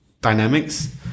dynamics